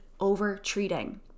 overtreating